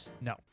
No